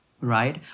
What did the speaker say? right